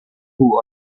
who